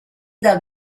del